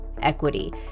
equity